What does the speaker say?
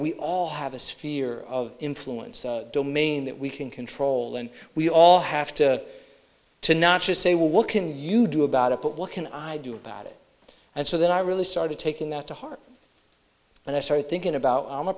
we all have a sphere of influence domain that we can control and we all have to to not just say well what can you do about it but what can i do about it and so then i really started taking that to heart and i started thinking about i'm a